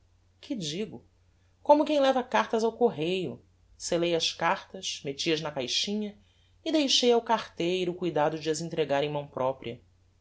que digo como quem leva cartas ao correio sellei as cartas metti as na caixinha e deixei ao carteiro o cuidado de as entregar em mão propria